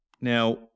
Now